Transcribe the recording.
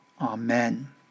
Amen